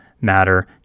matter